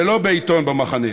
ולא בעיתון במחנה.